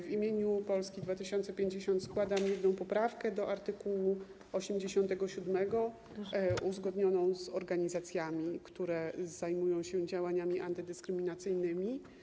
W imieniu Polski 2050 składam jedną poprawkę do art. 87, uzgodnioną z organizacjami, które zajmują się działaniami antydyskryminacyjnymi.